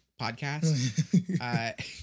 podcast